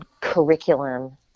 curriculum